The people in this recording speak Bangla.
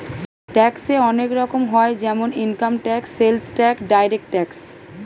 ট্যাক্সে অনেক রকম হয় যেমন income tax, sales tax, direct tax